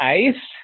ice